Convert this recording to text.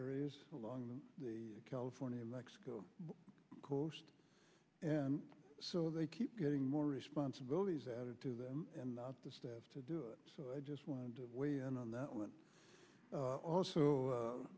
areas along the california mexico coast and so they keep getting more responsibilities added to them and not the staff to do it so i just wanted to weigh in on that one also